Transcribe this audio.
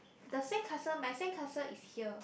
the sandcastle my sandcastle is here